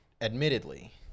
admittedly